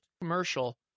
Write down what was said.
commercial